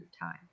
time